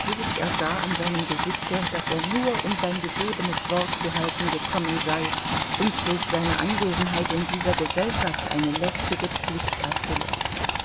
ersah an seinem gesichte daß er nur um sein gegebenes wort zu halten gekommen sei und durch seine anwesenheit in dieser gesellschaft eine lästige pflicht erfülle